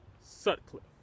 Sutcliffe